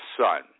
son